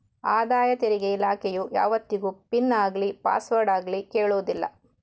ಆದಾಯ ತೆರಿಗೆ ಇಲಾಖೆಯು ಯಾವತ್ತಿಗೂ ಪಿನ್ ಆಗ್ಲಿ ಪಾಸ್ವರ್ಡ್ ಆಗ್ಲಿ ಕೇಳುದಿಲ್ಲ